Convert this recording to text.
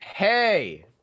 Hey